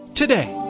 Today